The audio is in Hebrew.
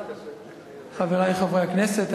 חברי חברי הכנסת,